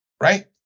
Right